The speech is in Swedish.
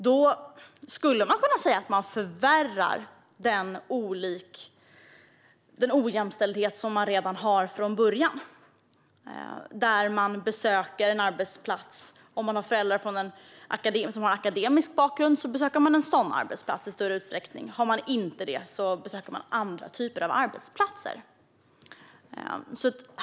Då skulle man kunna säga att det ökar den ojämställdhet som finns redan från början. Om eleverna har föräldrar som har akademisk bakgrund besöker de i större utsträckning en sådan arbetsplats, och om de inte har det besöker de andra typer av arbetsplatser.